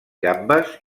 gambes